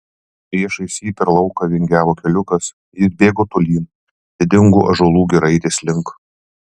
priešais jį per lauką vingiavo keliukas jis bėgo tolyn didingų ąžuolų giraitės link